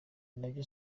nabyo